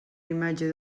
imatge